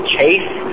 Chase